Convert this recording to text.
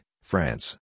France